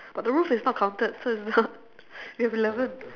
but the roof is not counted so it's not we have eleven